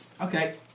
Okay